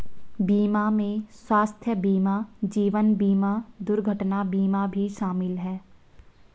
बीमा में स्वास्थय बीमा जीवन बिमा दुर्घटना बीमा भी शामिल है